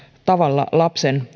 tavalla lapsen